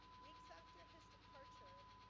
weeks after his departure,